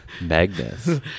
Magnus